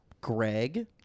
Greg